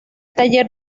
taller